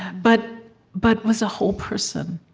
but but was a whole person,